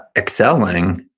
excelling.